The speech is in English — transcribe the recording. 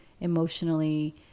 emotionally